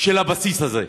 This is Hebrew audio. של הבסיס הזה.